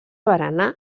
berenar